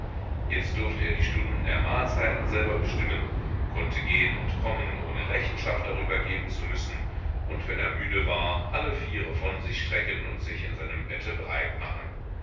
jetzt durfte er die stunden der mahlzeiten selber bestimmen konnte gehen und kommen ohne rechenschaft darüber geben zu müssen und wenn er müde war alle vier von sich strecken und sich in seinem bette breit machen